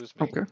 Okay